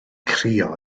crio